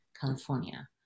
California